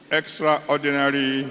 extraordinary